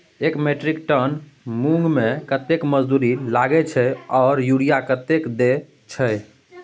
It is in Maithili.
एक मेट्रिक टन मूंग में कतेक मजदूरी लागे छै आर यूरिया कतेक देर छै?